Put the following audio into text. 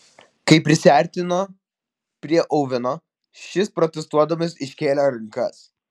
kai prisiartino prie oveno šis protestuodamas iškėlė rankas